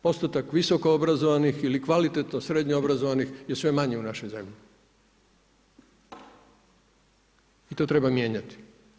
Postotak visoko obrazovanih ili kvalitetno srednje obrazovanih je sve manje u našoj zemlji i to treba mijenjati.